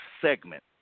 segment